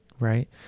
Right